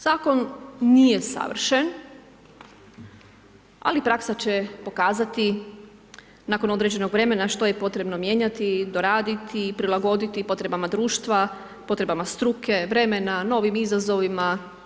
Zakon nije savršen, ali praksa će pokazati, nakon određenog vremena, što je potrebno mijenjati, doraditi i prilagoditi potrebama društva, potrebama struke, vremena, novim izazovima.